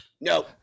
no